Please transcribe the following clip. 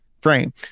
frame